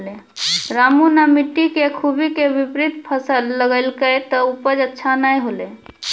रामू नॅ मिट्टी के खूबी के विपरीत फसल लगैलकै त उपज अच्छा नाय होलै